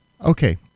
Okay